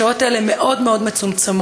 השעות האלה מאוד מאוד מצומצמות,